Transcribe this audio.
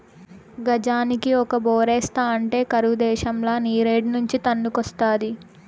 గజానికి ఒక బోరేస్తా ఉంటే కరువు దేశంల నీరేడ్నుంచి తన్నుకొస్తాది